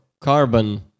carbon